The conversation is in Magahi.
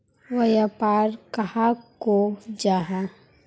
व्यापार कहाक को जाहा?